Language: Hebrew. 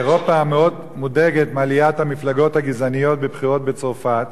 אירופה מאוד מודאגת מעליית המפלגות הגזעניות בבחירות בצרפת,